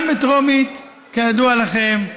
גם בטרומית, כידוע לכם,